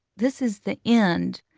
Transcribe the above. this is the end.